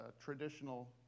traditional